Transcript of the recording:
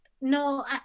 No